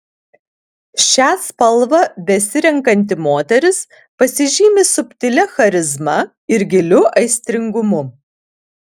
šią spalvą besirenkanti moteris pasižymi subtilia charizma ir giliu aistringumu